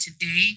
today